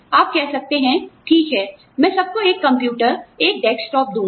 आप कह सकते हैं ठीक है मैं सबको एक कंप्यूटर एक डेस्कटॉप दूँगा